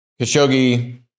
Khashoggi